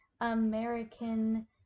American